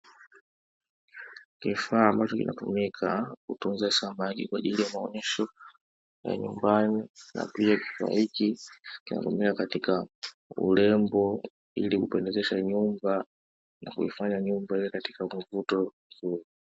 Kifaa ambacho kinatumika kutunza samaki, kwa ajili ya maonyesho ya nyumbani na pia kifaa hiki kinatumika katika urembo ili kupendezesha nyumba, na kuifanya nyumba iwe katika mvuto mzuri.